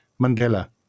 Mandela